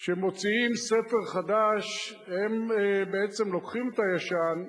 שמוציאים ספר "חדש": הם בעצם לוקחים את הישן,